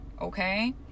okay